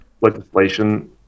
legislation